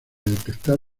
detectar